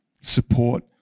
support